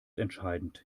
entscheidend